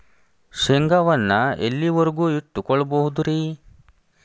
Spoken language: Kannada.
ಶೇಂಗಾವನ್ನು ಎಲ್ಲಿಯವರೆಗೂ ಇಟ್ಟು ಕೊಳ್ಳಬಹುದು ರೇ?